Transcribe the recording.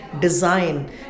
design